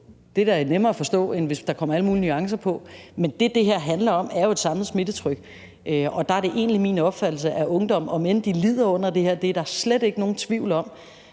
Det er da nemmere at forstå, end hvis der kommer alle mulige nuancer på. Men det, som det her handler om, er jo et samlet smittetryk, og der er det egentlig min opfattelse af ungdommen – om end de lider under det her, det er der slet ikke nogen tvivl om